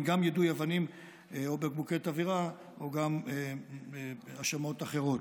יידוי אבנים או בקבוקי תבערה או גם האשמות אחרות.